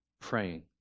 praying